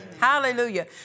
Hallelujah